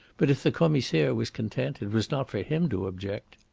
but if the commissaire was content, it was not for him to object.